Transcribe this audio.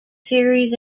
series